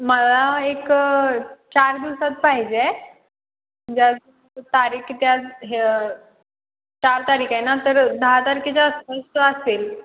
मला एक चार दिवसात पाहिजे ज्या तारीख क त्या हे चार तारीख आहे ना तर दहा तारखेच्या आसपास तो असेल